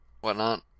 whatnot